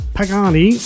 Pagani